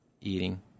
Eating